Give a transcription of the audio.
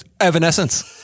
Evanescence